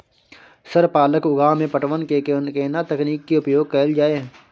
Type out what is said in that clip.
Sir पालक उगाव में पटवन के केना तकनीक के उपयोग कैल जाए?